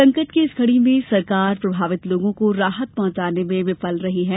संकट की इस घड़ी में सरकार प्रभावित लोगों को राहत पहुंचाने में विफल रही है